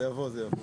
זה יבוא.